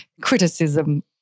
criticism